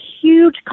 huge